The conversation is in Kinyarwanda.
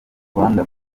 rwanda